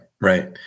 Right